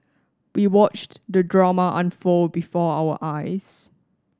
we watched the drama unfold before our eyes